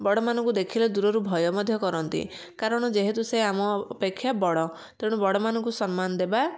ବଡ଼ମାନଙ୍କୁ ଦେଖିଲେ ଦୂରରୁ ଭୟ ମଧ୍ୟ କରନ୍ତି କାରଣ ଯେହେତୁ ସେ ଆମ ଅପେକ୍ଷା ବଡ଼ ତେଣୁ ବଡ଼ମାନଙ୍କୁ ସମ୍ମାନ ଦେବା